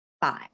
five